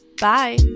Bye